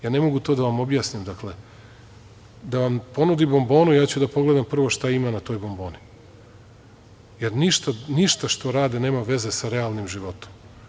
Ne mogu to da vam objasnim, da vam ponudi bombonu, ja ću da pogledam prvo šta ima na toj bomboni, jer ništa što rade nema veze sa realnim životom.